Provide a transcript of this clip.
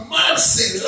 mercy